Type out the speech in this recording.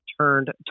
turned